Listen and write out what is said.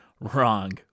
wrong